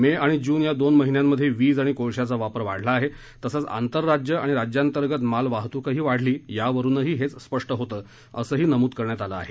मे आणि जून या दोन महिन्यात वीज आणि कोळशाचा वापर वाढला आहे तसच आंतरराज्य आणि राज्यांतर्गत मालवाहतूकही वाढली यावरूनही हेच स्पष्ट होतं असही नमूद करण्यात आलं आहे